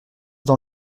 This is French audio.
dans